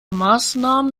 maßnahmen